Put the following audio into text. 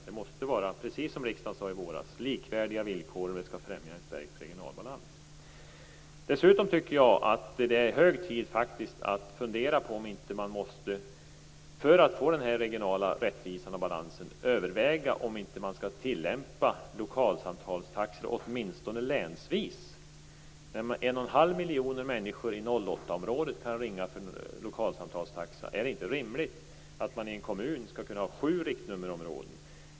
Det måste, precis som riksdagen sade i våras, vara likvärdiga villkor om det skall främja en stärkt regionalbalans. Dessutom tycker jag att det är hög tid att överväga, för att få den här regionala rättvisan och balansen, om man inte skall tillämpa lokalsamtalstaxor åtminstone länsvis. När en och en halv miljon människor i 08-området kan ringa för lokalsamtalstaxa är det inte rimligt att man i en kommun skall kunna ha sju riktnummerområden.